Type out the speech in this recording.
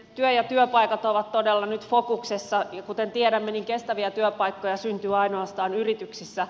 työ ja työpaikat ovat todella nyt fokuksessa ja kuten tiedämme niin kestäviä työpaikkoja syntyy ainoastaan yrityksissä